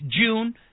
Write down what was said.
June